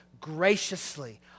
graciously